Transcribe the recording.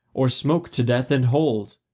or smoked to death in holes?